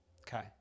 Okay